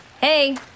Hey